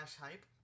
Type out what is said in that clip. hype